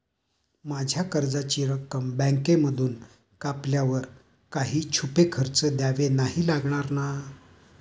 माझ्या कर्जाची रक्कम बँकेमधून कापल्यावर काही छुपे खर्च द्यावे नाही लागणार ना?